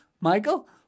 Michael